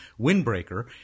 windbreaker